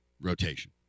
rotation